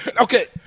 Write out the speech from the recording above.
okay